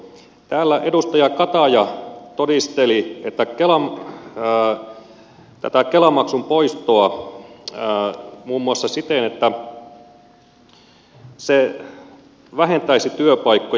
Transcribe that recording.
täällä edustaja kataja todisteli tätä kela maksun poistoa muun muassa siten että se vähentäisi työpaikkoja